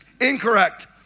Incorrect